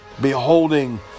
beholding